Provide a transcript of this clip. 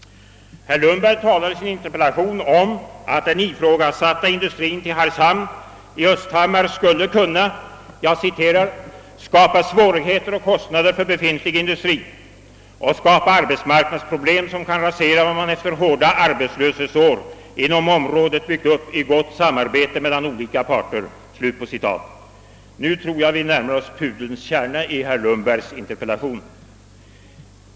Herr Lundberg talar i sin interpellation om att den ifrågasatta industrien till Hargshamn i Östhammar skulle kunna »skapa svårigheter och kostnader för befintlig industri och skapa arbetsmarknadsproblem, som kan rasera vad man efter hårda arbetslöshetsår inom området byggt upp i gott samarbete mellan olika parter». Nu tror jag att vi närmar oss pudelns kärna i herr Lundbergs interpellation.